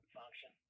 function